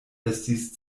estis